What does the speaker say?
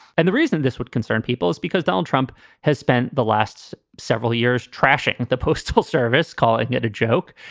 and the reason this would concern people is because donald trump has spent the last several years trashing the postal service, calling it a joke,